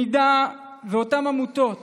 אם אותן עמותות